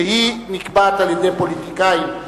שהיא נקבעת על-ידי פוליטיקאים.